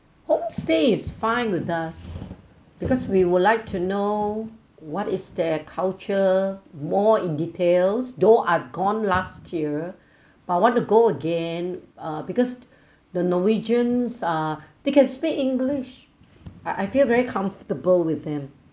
home-stay is fine with us because we would like to know what is their culture more in details though I'd gone last year but I want to go again uh because the norwegians are they can speak english I I feel very comfortable with them